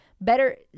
Better